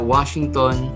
Washington